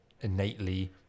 innately